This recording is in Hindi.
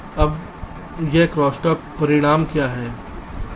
अब यह क्रॉसस्टॉक परिणाम क्या है